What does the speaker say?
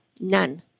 None